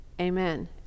amen